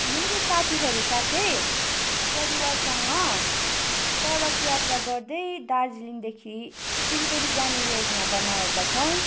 मेरो साथीहरू साथै परिवारसँग सडक यात्रा गर्दै दार्जिलिङदेखि सिलगढी जाने योजना बनाएका छौँ